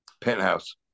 Penthouse